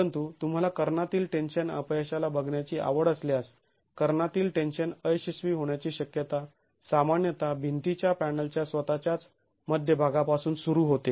परंतु तुम्हाला कर्णातील टेन्शन अपयशाला बघण्याची आवड असल्यास कर्णातील टेन्शन अयशस्वी होण्याची शक्यता सामान्यतः भिंतीच्या पॅनलच्या स्वतःच्याच मध्यभागापासून सुरू होते